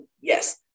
yes